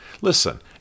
Listen